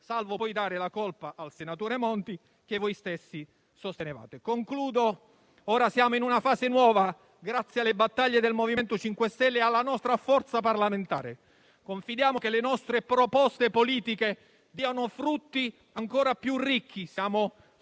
salvo poi dare la colpa al senatore Monti da voi stessi sostenuto. Concludo dicendo che ora siamo in una fase nuova grazie alle battaglie del MoVimento 5 Stelle e alla nostra forza parlamentare. Confidiamo che le nostre proposte politiche diano frutti ancora più ricchi.